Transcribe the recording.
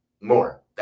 more